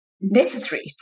necessary